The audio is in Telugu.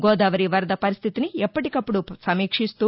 గోదావరి వరద పరిస్టితిని ఎప్పటికప్పుడు సమీక్షిస్తూ